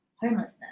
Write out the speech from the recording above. homelessness